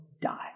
die